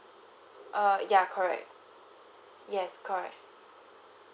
oh ya correct yes correct